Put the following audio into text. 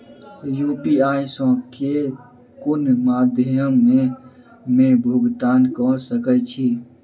UPI सऽ केँ कुन मध्यमे मे भुगतान कऽ सकय छी?